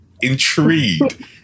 intrigued